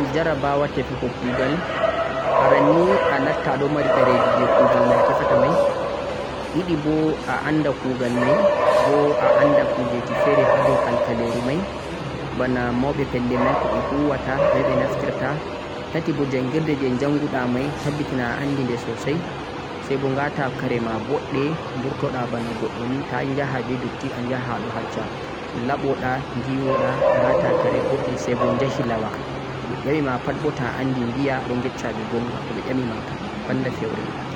to'a yahan jarabawa tefugo kugul aranni a latta ado mari dereji jeh kugal mai tefata mai didi boh a anda kugal mai boh a anda kujeji fere ha harkaleru mai bana maubeh pellel mai kobbeh huwata dhume beh maftirata tati boh jangirde jeh jangudha mai tabbita a andi deh sosai sai boh wata kare ma bodde vurtudha bana goddo ni ta yaha beh dutti ta yaha ado haccha laboda yiwodah wata kare bodde sai boh yahi lauwo to beh nyami pat boh to'a andi bhiya boh yeccha beh gonga ko beh nyami pat banda feure